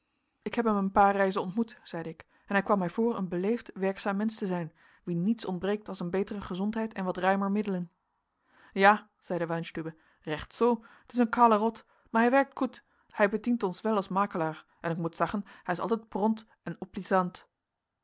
ik heb hem een paar reizen ontmoet zeide ik hij kwam mij voor een beleefd werkzaam mensch te zijn wien niets ontbreekt als een betere gezondheid en wat ruimer middelen ja zeide weinstübe recht zoo t is een khale rot maar hij werkt koet hij petient ons wel als makelaar en ik moet zeggen hij is altijd bront en